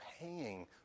paying